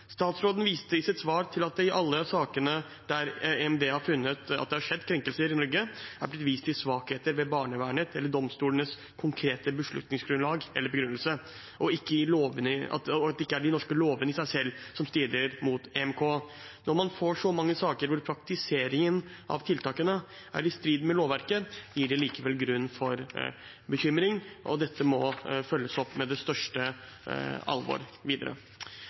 Statsråden viste i sitt svar til at det i alle sakene der EMD har funnet at det har skjedd krenkelser i Norge, er blitt vist til svakheter ved barnevernets eller domstolenes konkrete beslutningsgrunnlag eller begrunnelse, og at det ikke er de norske lovene i seg selv som strider mot EMK. Når man får så mange saker hvor praktiseringen av tiltakene er i strid med lovverket, gir det likevel grunn til bekymring, og dette må følges opp med det største alvor videre.